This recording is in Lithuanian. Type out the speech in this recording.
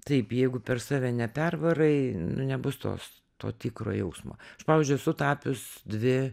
taip jeigu per save nepervarai nu nebus tos to tikro jausmo aš pavyzdžiui esu tapius dvi